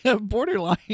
borderline